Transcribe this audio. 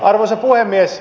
arvoisa puhemies